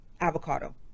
avocado